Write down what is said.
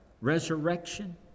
resurrection